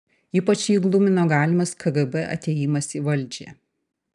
ypač jį glumino galimas kgb atėjimas į valdžią